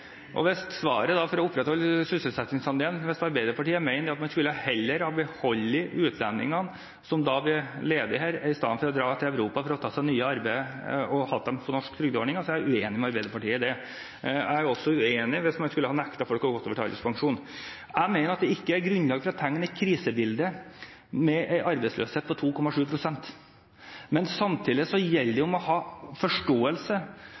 Og hvis Arbeiderpartiet mener at man for å opprettholde sysselsettingsandelen heller skulle ha beholdt utlendingene som blir ledige, her – istedenfor at de drar til Europa for å ta seg nytt arbeid – og hatt dem på norske trygdeordninger, er jeg uenig med Arbeiderpartiet i det. Jeg er også uenig hvis man skulle ha nektet folk å gå over til alderspensjon. Jeg mener at det ikke er grunnlag for å tegne et krisebilde med en arbeidsløshet på 2,7 pst. Men samtidig gjelder det å ha forståelse